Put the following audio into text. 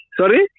Sorry